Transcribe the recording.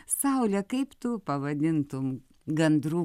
saule kaip tu pavadintum gandrų